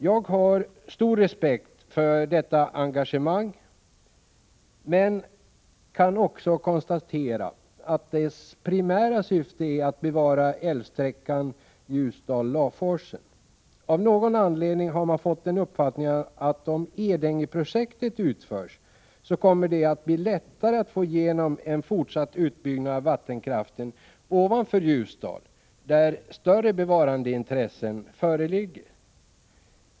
Jag har stor respekt för detta engagemang men kan också konstatera att dess primära syfte är att bevara älvsträckan Ljusdal-Laforsen. Av någon anledning har man fått den uppfattningen att om Edängeprojektet utförs kommer det att bli lättare att få igenom en fortsatt utbyggnad av vattenkraften ovanför Ljusdal, där större bevarandeintressen föreligger.